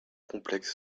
complexes